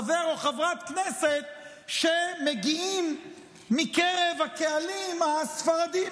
חבר או חברת כנסת שמגיעים מקרב הקהלים הספרדיים